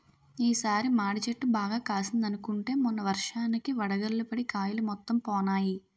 ఈ సారి మాడి చెట్టు బాగా కాసిందనుకుంటే మొన్న వర్షానికి వడగళ్ళు పడి కాయలు మొత్తం పోనాయి